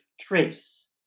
trace